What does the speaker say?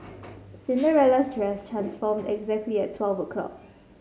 Cinderella's dress transformed exactly at twelve o' clock